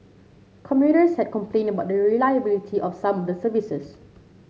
commuters had complained about the reliability of some of the services